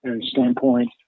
standpoint